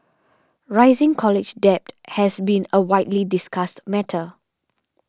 rising college debt has been a widely discussed matter